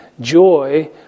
joy